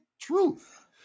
truth